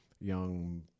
young